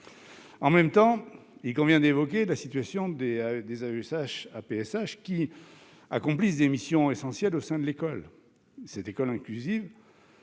le même temps, il convient d'évoquer la situation des AESH et des APSH, qui accomplissent des missions essentielles au sein de l'école, dont le rôle inclusif